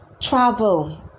travel